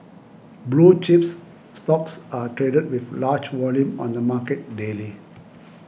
blue chips stocks are traded with large volume on the market daily